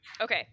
Okay